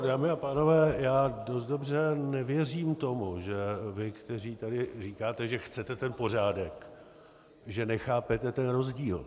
Dámy a pánové, dost dobře nevěřím tomu, že vy, kteří tady říkáte, že chcete ten pořádek, nechápete ten rozdíl.